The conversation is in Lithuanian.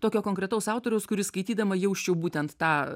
tokio konkretaus autoriaus kurį skaitydama jausčiau būtent tą